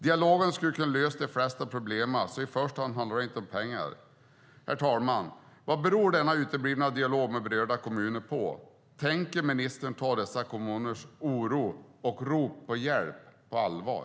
Dialogen skulle kunna lösa de flesta problem. I första hand handlar det alltså inte om pengar. Herr talman! Vad beror denna uteblivna dialog med berörda kommuner på? Tänker ministern ta dessa kommuners oro och rop på hjälp på allvar?